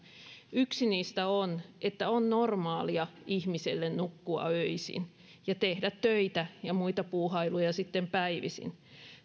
yksi niistä on että ihmiselle on normaalia nukkua öisin ja tehdä töitä ja muita puuhailuja sitten päivisin